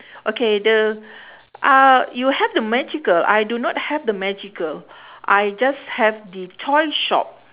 okay the uhh you have the magical I do not have the magical I just have the toy shop